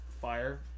fire